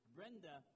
Brenda